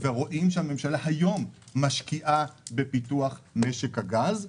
רואים שהממשלה היום משקיעה בפיתוח משק הגז,